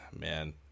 man